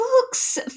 books